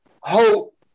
hope